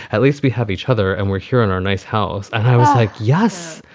at least we have each other and we're here in our nice house. i was like, yes,